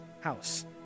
house